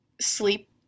Sleep